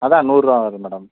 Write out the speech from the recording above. அதான் நூறுபா வரும் மேடம்